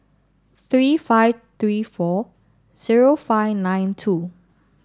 three five three four zero five nine two